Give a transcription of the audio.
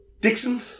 Dixon